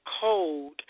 cold